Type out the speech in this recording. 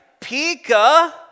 Pika